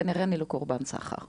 כנראה שאני לא קורבן סחר.